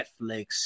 Netflix